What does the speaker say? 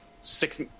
six